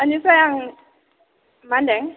ओनिफ्राय आं मा होनदों